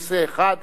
בנושא אחד: